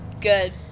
good